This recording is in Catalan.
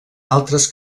altres